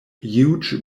huge